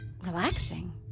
relaxing